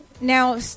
now